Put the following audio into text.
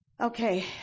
Okay